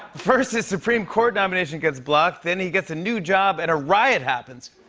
first, his supreme court nomination gets blocked, then he gets a new job, and a riot happens.